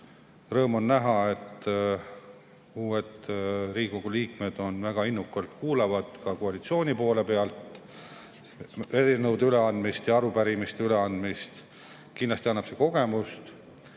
Rõõm on näha, et uued Riigikogu liikmed väga innukalt kuulavad, ka koalitsiooni poole pealt, eelnõude ja arupärimiste üleandmist. Kindlasti annab see kogemuse.